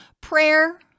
Prayer